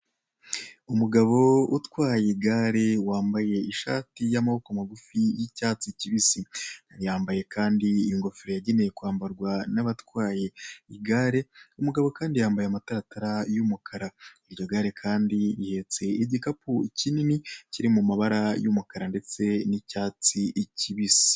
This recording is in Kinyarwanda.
Umugabo utwaye igare wambaye ishati y'amabobo magufi y'icyatsi kibisi, yambaye kandi ingofero yagenewe kwambarwa n'abatwaye igare, uyu mugabo kandi yambaye amataratara y'umukara, iryo gare kandi rihetse igikapu kinini kiri mu mabara y'umukara ndetse n'icyatsi kibisi.